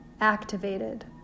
activated